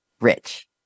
rich